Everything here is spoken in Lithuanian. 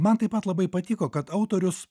man taip pat labai patiko kad autorius